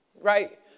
right